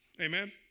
Amen